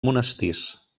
monestirs